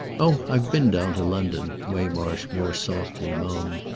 oh i've been down to london! waymarsh more softly moaned.